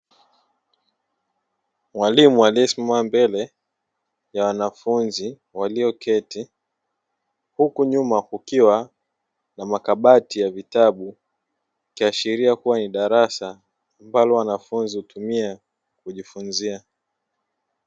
Mwalimu aliyesimama mbele ya wanafunzi walioketi huku nyuma kukiwa na makabati ya vitabu, ikiashiria kuwa ni darasa ambalo wanafunzi hutumia kujifunzia.